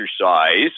exercise